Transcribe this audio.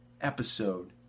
episode